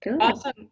awesome